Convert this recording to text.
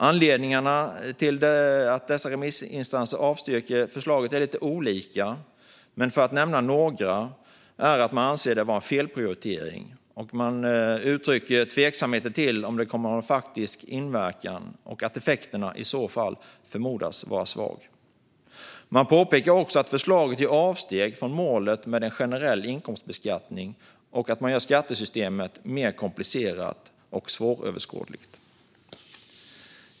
Anledningarna till att dessa remissinstanser avstyrker förslaget är lite olika. Några anser att det är en felprioritering. Man uttrycker tveksamhet till att det kommer att få någon faktisk verkan och menar att effekten i så fall förmodas vara svag. Man påpekar också att förslaget gör avsteg från målet med en generell inkomstbeskattning och att det gör skattesystemet mer komplicerat och svåröverskådligt.